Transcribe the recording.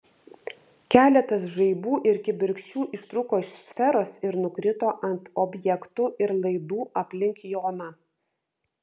keletas žaibų ir kibirkščių ištrūko iš sferos ir nukrito ant objektų ir laidų aplink joną